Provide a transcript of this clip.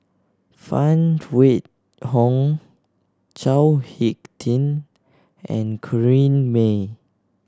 Phan Wait Hong Chao Hick Tin and Corrinne May